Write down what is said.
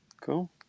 Cool